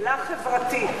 עוולה חברתית.